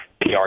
PR